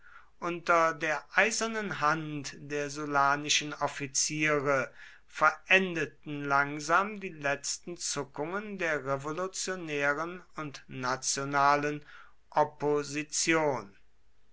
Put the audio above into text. unter der eisernen hand der sullanischen offiziere verendeten langsam die letzten zuckungen der revolutionären und nationalen opposition